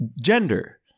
gender